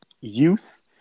youth